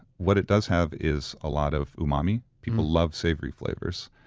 what it does have is a lot of umami. people love savory flavors,